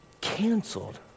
canceled